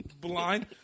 blind